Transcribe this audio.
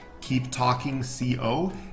KeepTalkingCO